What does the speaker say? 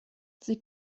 sie